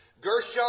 Gershon